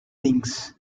things